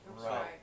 Right